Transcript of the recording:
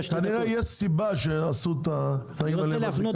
--- כנראה, יש סיבה שעשו את התנאים